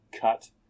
cut